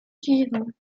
suivants